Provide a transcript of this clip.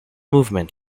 movement